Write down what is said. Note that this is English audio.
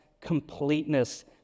completeness